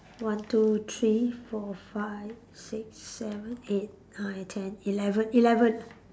one two three four five six seven eight nine ten eleven eleven